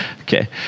Okay